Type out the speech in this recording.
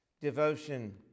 Devotion